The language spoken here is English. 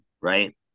Right